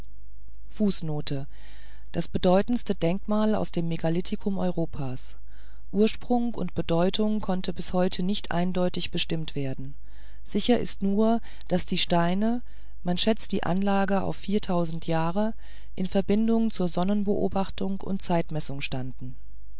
das bedeutendste denkmal aus dem megalithikum europas ursprung und bedeutung konnten bis heute nicht eindeutig bestimmt werden sicher ist nur daß die steine man schätzt die anlage auf vier jahre in verbindung zur sonnenbeobachtung und zeitmessung standen